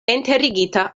enterigita